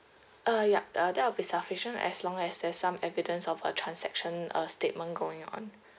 uh yup uh that would be sufficient as long as there's some evidence of a transaction uh statement going on